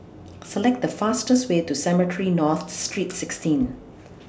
Select The fastest Way to Cemetry North Street sixteen